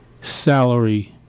salary